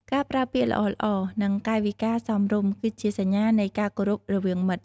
ការប្រើពាក្យល្អៗ និងកាយវិការសមរម្យ គឺជាសញ្ញានៃការគោរពរវាងមិត្ត។